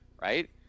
right